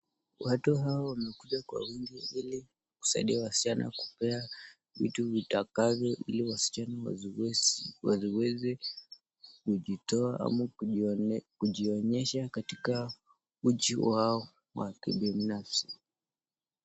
Watu hawa wamekuja kwa wingi ili kusaidia wasichana kupea vitu vitakavyo ili wasichana wasiweze kujitoa ama kujionyesha katika uchi wao wa kibinafsi.